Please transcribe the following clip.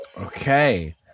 Okay